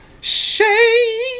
shade